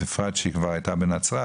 בפרט שהיא כבר היתה בנצרת,